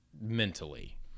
mentally